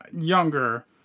younger